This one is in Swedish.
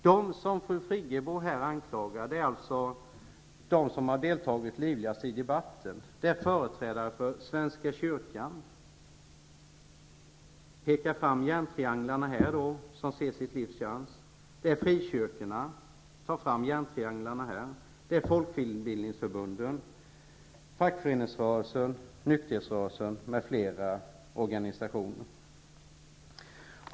De som fru Friggebo anklagar är de som har deltagit livligast i debatten. Det gäller företrädare för Svenska kyrkan, frikyrkorna, folkbildningsförbunden, fackföreningsrörelsen, nykterhetsrörelsen m.fl. organisationer.